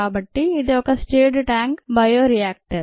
కాబట్టి ఇది ఒక స్టిర్డ్ ట్యాంక్ బయోరియాక్టర్